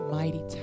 mighty